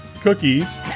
cookies